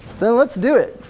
then let's do it!